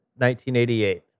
1988